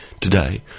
Today